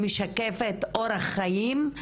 היא משקפת אורח חיים,